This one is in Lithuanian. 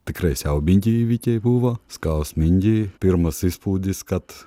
tikrai siaubingi įvykiai buvo skausmingi pirmas įspūdis kad